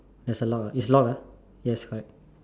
there's a lock ah it's locked ah yes correct